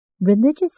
Religious